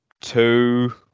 two